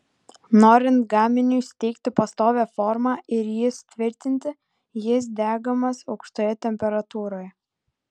norint gaminiui suteikti pastovią formą ir jį sutvirtinti jis degamas aukštoje temperatūroje